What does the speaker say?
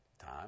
time